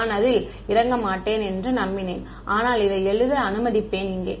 நான் அதில் இறங்க மாட்டேன் என்று நம்பினேன் ஆனால் இதை எழுத அனுமதிப்பேன் இங்கே